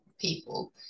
people